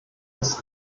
des